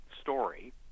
story